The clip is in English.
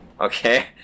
okay